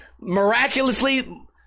Miraculously